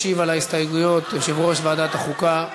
ישיב על ההסתייגויות יושב-ראש ועדת החוקה,